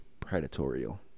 Predatorial